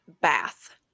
bath